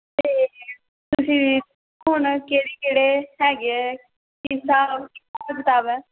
ਅਤੇ ਤੁਸੀਂ ਹੁਣ ਕਿਹੜੇ ਕਿਹੜੇ ਹੈਗੇ ਆ ਕੀ ਹਿਸਾਬ ਕਿਤਾਬ ਹੈ